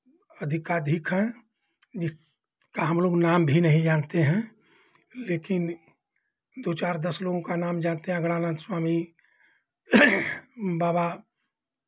अधिकाधिक हैं हमलोग नाम भी नहीं जानते हैं लेकिन दो चार दस लोगों का नाम जानते हैं अगडानंद स्वामी बाबा